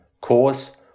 cause